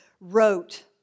wrote